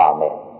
Amen